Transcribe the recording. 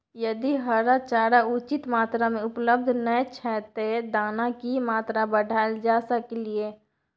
यदि हरा चारा उचित मात्रा में उपलब्ध नय छै ते दाना की मात्रा बढायल जा सकलिए?